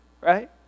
Right